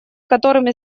которыми